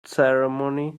ceremony